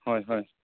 ᱦᱳᱭ ᱦᱳᱭ